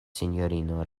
sinjorino